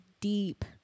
deep